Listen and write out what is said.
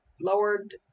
lowered